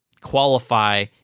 qualify